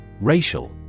Racial